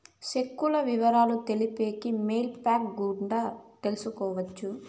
సెక్కుల ఇవరాలు తెలిపేకి మెయిల్ ఫ్యాక్స్ గుండా తెలపొచ్చు